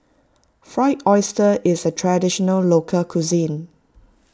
Fried Oyster is a Traditional Local Cuisine